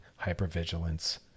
hypervigilance